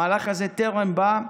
המהלך הזה טרם בא.